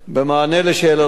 במענה על שאלתך,